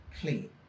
clean